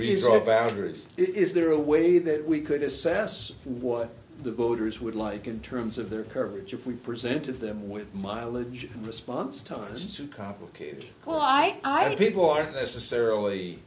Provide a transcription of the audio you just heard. resolve boundaries it is there a way that we could assess what the voters would like in terms of their coverage if we presented them with mileage response time is too complicated why i know people aren't necessarily